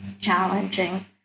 challenging